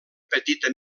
petita